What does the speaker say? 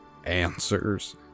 answers